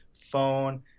phone